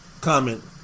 comment